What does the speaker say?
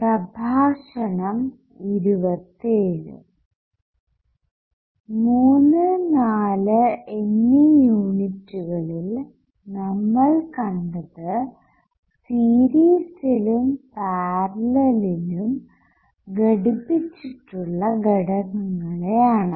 34 എന്നീ യൂണിറ്റുകളിൽ നമ്മൾ കണ്ടത് സീരിസ്സിലും പാരല്ലെല്ലിലും ഘടിപ്പിച്ചിട്ടുള്ള ഘടകങ്ങളെ ആണ്